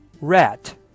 Rat